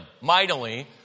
mightily